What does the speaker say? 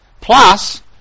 Plus